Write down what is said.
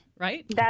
Right